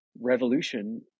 revolution